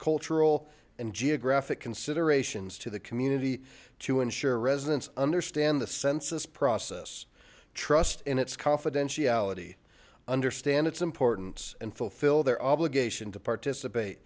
cultural and geographic considerations to the community to ensure residents understand the census process trust in its confidentiality understand its importance and fulfill their obligation to participate